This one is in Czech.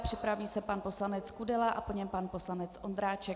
Připraví se pan poslanec Kudela a po něm pan poslanec Ondráček.